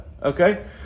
Okay